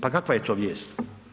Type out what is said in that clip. Pa kakva je to vijest?